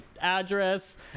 address